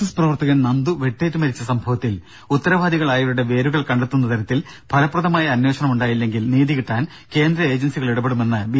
S പ്രവർത്തകൻ നന്ദു വെട്ടേറ്റുമരിച്ച സംഭവത്തിൽ ഉത്തരവാദികളായവരുടെ വേരുകൾ കണ്ടെത്തുന്ന തരത്തിൽ ഫലപ്രദമായ അന്വേഷണം ഉണ്ടായില്ലെങ്കിൽ നീതികിട്ടാൻ കേന്ദ്ര ഏജൻസികൾ ഇടപെടുമെന്ന് ബി